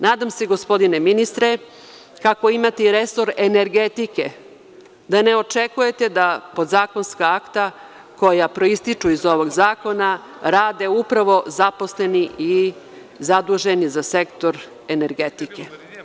Nadam se, gospodine ministre, kako imati resor energetike, da ne očekujete da podzakonska akta koja proističu iz ovog zakona rade upravo zaposleni i zaduženi za sektor energetike.